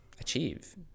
achieve